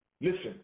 listen